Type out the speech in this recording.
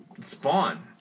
Spawn